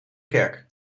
kerk